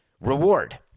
reward